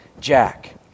jack